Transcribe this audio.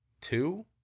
Two